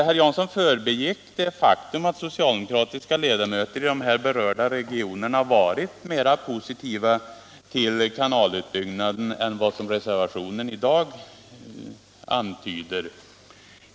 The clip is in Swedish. Herr Jansson förbigick det faktum att socialdemokratiska ledamöter i de här berörda regionerna har varit mer positiva till en kanalutbyggnad än vad reservationen i dag antyder.